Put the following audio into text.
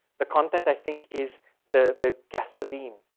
the content i think is the the gasoline.